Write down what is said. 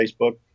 Facebook